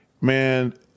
Man